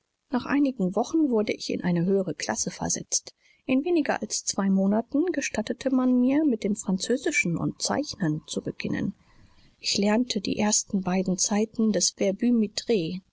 nach einigen wochen wurde ich in eine höhere klasse versetzt in weniger als zwei monaten gestattete man mir mit dem französischen und zeichnen zu beginnen ich lernte die ersten beiden zeiten des verbums tre